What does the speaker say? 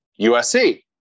USC